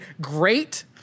great